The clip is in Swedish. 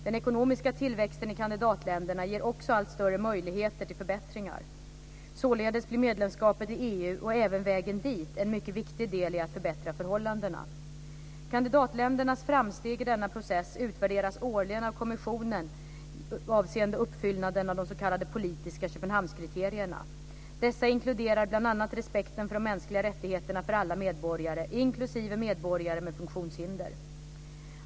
Den ekonomiska tillväxten i kandidatländerna ger också allt större möjligheter till förbättringar. Således blir medlemskapet i EU, och även vägen dit, en mycket viktig del i att förbättra förhållandena. Kandidatländernas framsteg i denna process utvärderas årligen av kommissionen avseende uppfyllnaden av de s.k. politiska Köpenhamnskriterierna. Dessa inkluderar bl.a. respekten för de mänskliga rättigheterna för alla medborgare, inklusive medborgare med funktionshinder.